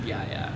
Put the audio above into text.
ya ya